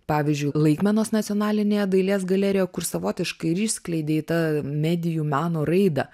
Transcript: pavyzdžiui laikmenos nacionalinėje dailės galerijoje kur savotiškai ir išskleidei į tą medijų meno raidą